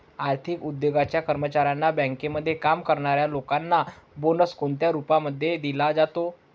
आर्थिक उद्योगाच्या कर्मचाऱ्यांना, बँकेमध्ये काम करणाऱ्या लोकांना बोनस कोणत्या रूपामध्ये दिला जातो?